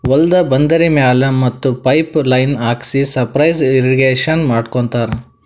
ಹೊಲ್ದ ಬಂದರಿ ಮ್ಯಾಲ್ ಮತ್ತ್ ಪೈಪ್ ಲೈನ್ ಹಾಕ್ಸಿ ಸರ್ಫೇಸ್ ಇರ್ರೀಗೇಷನ್ ಮಾಡ್ಕೋತ್ತಾರ್